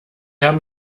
haben